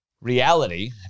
reality